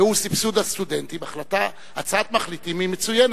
והוא סבסוד הסטודנטים, הצעת מחליטים היא מצוינת.